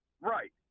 Right